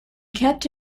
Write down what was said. kept